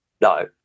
No